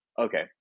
Okay